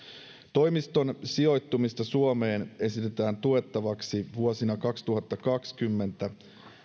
toimiston sijoittumista suomeen esitetään tuettavaksi vuosina kaksituhattakaksikymmentä